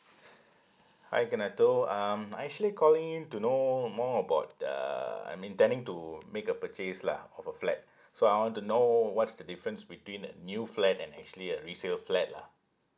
hi kaneto um I actually calling in to know more about uh I'm intending to make a purchase lah of a flat so I want to know what's the difference between a new flat and actually a resale flat lah